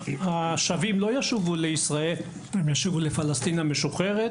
השבים לא ישובו למדינת ישראל אלא לפלסטין המשוחררת,